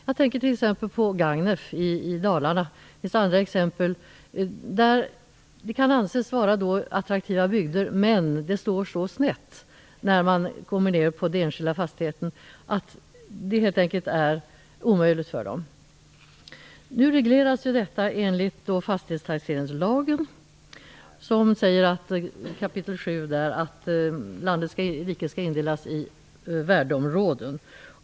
Jag tänker t.ex. på Gagnef i Dalarna, och det finns andra exempel. Det kan anses vara attraktiva bygder. Men det slår så snett för den enskilda fastigheten att det helt enkelt är omöjligt för dessa människor att bo kvar. Nu regleras detta enligt fastighetstaxeringslagen.